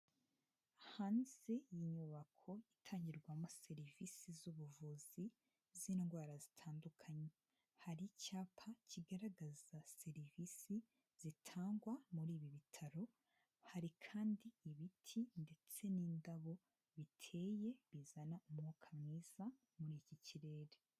Hanze y'inyubako itangirwamo serivisi z'ubuvuzi z'indwara zitandukanye. Hari icyapa kigaragaza serivisi zitangwa muri ibi bitaro, hari kandi ibiti ndetse n'indabo biteye bizana umwuka mwiza muri iki kirere.